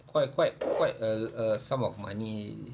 quite quite quite a a sum of money